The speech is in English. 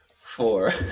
Four